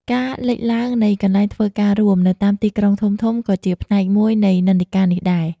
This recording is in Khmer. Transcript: ការលេចឡើងនៃ កន្លែងធ្វើការរួម នៅតាមទីក្រុងធំៗ ក៏ជាផ្នែកមួយនៃនិន្នាការនេះដែរ។